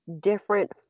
different